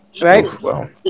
right